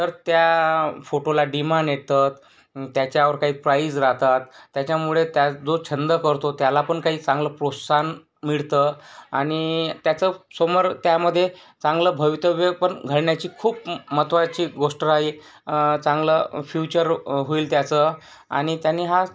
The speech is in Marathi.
तर त्या फोटोला डिमाण येते त्याच्यावर काही प्राइज राहतात त्याच्यामुळे त्या जो छंद करतो त्याला पण काही चांगलं प्रोत्साहन मिळतं आणि त्याचं समोर त्यामध्ये चांगलं भवितव्य पण घडण्याची खूप महत्त्वाची गोष्ट राहील चांगलं फ्यूचर होईल त्याचं आणि त्यानी हा